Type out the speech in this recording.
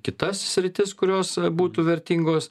kitas sritis kurios būtų vertingos